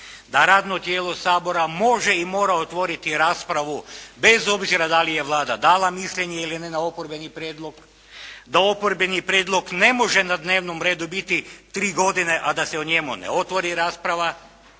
da radno tijelo Sabora može i mora otvoriti raspravu bez obzira da li je Vlada dala mišljenje ili ne na oporbeni prijedlog, da oporbeni prijedlog ne može na dnevnom redu biti tri godine a da se o njemu ne otvori rasprava,